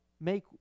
make